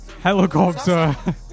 Helicopter